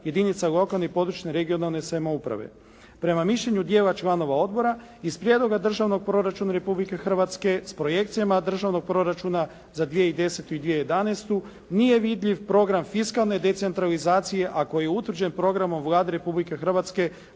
jedinica lokalne, područne i regionalne samouprave. Prema mišljenju dijela članova odbora iz prijedloga Državnog proračuna Republike Hrvatske s projekcijama Državnog proračuna za 2010. i 2011. nije vidljiv program fiskalne decentralizacije ako je utvrđen programom Vlade Republike Hrvatske